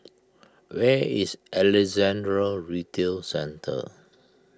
where is Alexandra Retail Centre